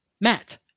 Matt